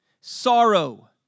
sorrow